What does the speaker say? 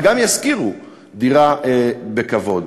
וגם ישכירו דירה, בכבוד.